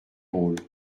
rôles